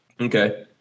Okay